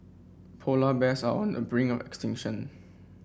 polar bears are on the bring of extinction